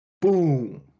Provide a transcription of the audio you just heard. Boom